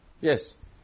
Yes